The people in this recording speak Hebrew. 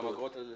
וגם אגרות.